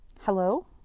Hello